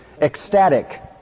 ecstatic